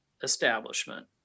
establishment